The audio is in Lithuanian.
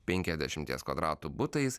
penkiasdešimties kvadratų butais